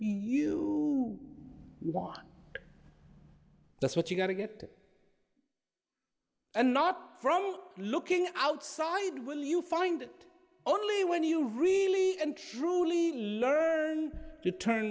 you won that's what you got to get and not from looking outside will you find only when you really and truly learn to turn